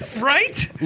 Right